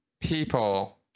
people